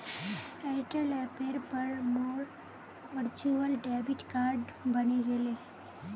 Airtel ऐपेर पर मोर वर्चुअल डेबिट कार्ड बने गेले